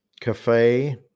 cafe